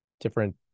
different